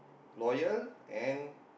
loyal and